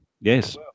yes